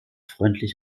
freundlich